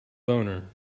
boner